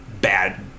bad